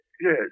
Yes